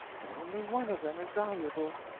for only one of them is valuable.